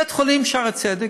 בית-החולים "שערי צדק",